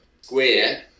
Square